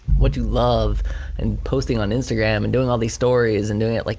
what you love and posting on instagram and doing all these stories and doing it, like